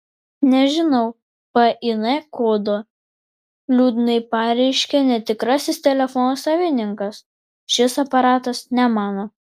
nežinau pin kodo liūdnai pareiškia netikrasis telefono savininkas šis aparatas ne mano